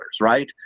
right